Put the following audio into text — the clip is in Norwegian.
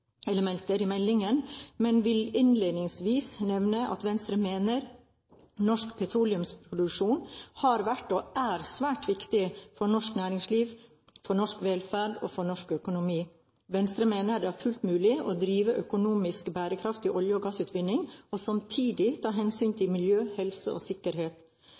i meldingen, men jeg vil innledningsvis nevne at Venstre mener norsk petroleumsproduksjon har vært, og er, svært viktig for norsk næringsliv, for norsk velferd og for norsk økonomi. Venstre mener det er fullt mulig å drive økonomisk bærekraftig olje- og gassutvinning og samtidig ta hensyn til miljø, helse og sikkerhet.